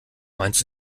meinst